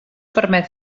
permet